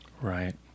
Right